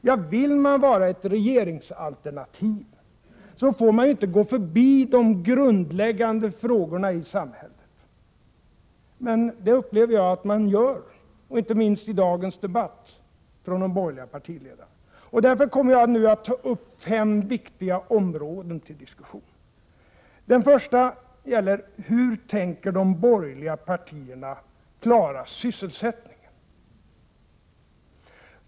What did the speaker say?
Ja, vill man utgöra ett regeringsalternativ, då får man inte gå förbi de grundläggande frågorna i samhället. Det upplever jag att de borgerliga partierna gör, vilket inte minst har kommit till uttryck i de borgerliga partiledarnas anföranden i dag. Därför skall jag ta upp fem viktiga områden till diskussion. Det första gäller frågan om hur de borgerliga partierna tänker klara sysselsättningen.